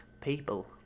People